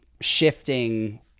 shifting